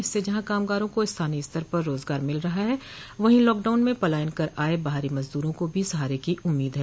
इससे जहां कामगारों को स्थानीय स्तर पर रोजगार मिल रहा है वहीं लाकडाउन में पलायन कर आए बाहरी मजदूरों को भी सहारे की उम्मीद है